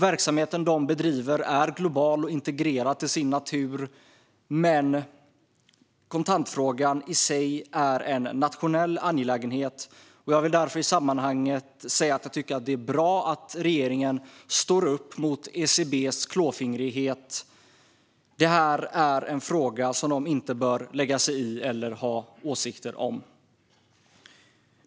Verksamheten de bedriver är global och integrerad till sin natur, men kontantfrågan i sig är en nationell angelägenhet. Jag tycker därför att det är bra att regeringen står upp mot ECB:s klåfingrighet. Det här är en fråga som ECB inte bör lägga sig i eller ha åsikter om.